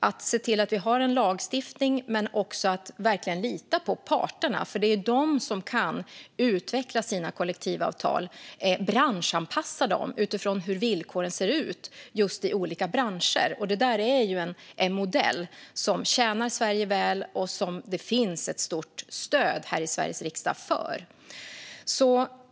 Vi ska se till att vi har lagstiftning men också lita på parterna, för det är de som kan utveckla sina kollektivavtal och anpassa dem utifrån hur villkoren ser ut i olika branscher. Det är en modell som tjänar Sverige väl och som det finns stort stöd för här i Sveriges riksdag.